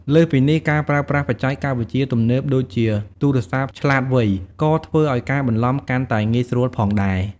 លើសពីនេះ ការប្រើប្រាស់បច្ចេកវិទ្យាទំនើបដូចជាទូរស័ព្ទឆ្លាតវៃ ក៏ធ្វើឱ្យការបន្លំកាន់តែងាយស្រួលផងដែរ។